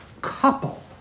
couple